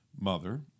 mother